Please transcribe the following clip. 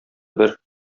бер